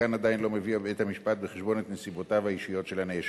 כאן עדיין לא מביא בית-המשפט בחשבון את נסיבותיו האישיות של הנאשם.